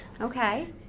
Okay